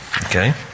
Okay